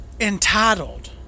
entitled